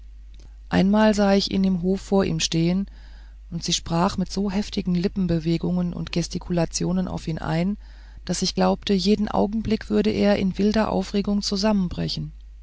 einmal sah ich ihn im hofe vor ihr stehen und sie sprach mit so heftigen lippenbewegungen und gestikulationen auf ihn ein daß ich glaubte jeden augenblick würde er in wilder aufregung zusammenbrechen